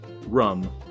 rum